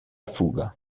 fuga